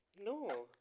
No